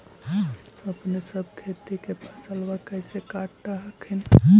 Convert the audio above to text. अपने सब खेती के फसलबा कैसे काट हखिन?